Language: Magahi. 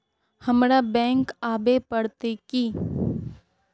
हमरा बैंक आवे पड़ते की?